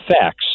facts